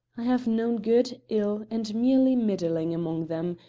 i have known good, ill, and merely middling among them,